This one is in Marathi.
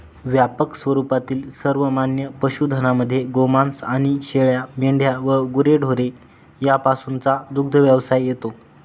व्यापक स्वरूपातील सर्वमान्य पशुधनामध्ये गोमांस आणि शेळ्या, मेंढ्या व गुरेढोरे यापासूनचा दुग्धव्यवसाय येतो